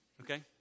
okay